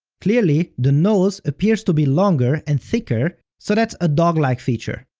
clearly, the nose appears to be longer and thicker, so that's a dog-like feature.